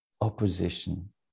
opposition